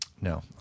No